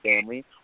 family